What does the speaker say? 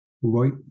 White